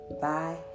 Bye